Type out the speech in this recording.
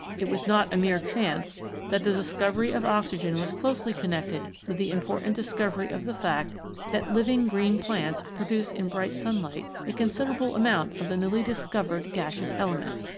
it was not a mere chance that the discovery of oxygen was closely connected with the important discovery of the fact that living green plants produce in bright sunlight a considerable amount of the newly discovered gaseous element.